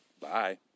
Bye